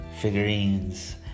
figurines